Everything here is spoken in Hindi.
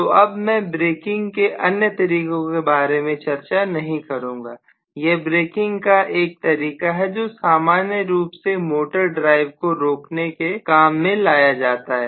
तो अब मैं ब्रेकिंग के अन्य तरीकों के बारे में चर्चा नहीं करूंगा यह ब्रेकिंग का एक तरीका है जो सामान्य रूप से मोटर ड्राइव को रोकने के काम में लिया जाता है